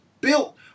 built